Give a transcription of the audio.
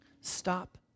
Stop